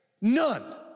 None